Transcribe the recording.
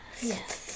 Yes